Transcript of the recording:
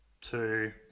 Two